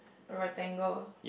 a rectangle